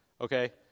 Okay